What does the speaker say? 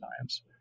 science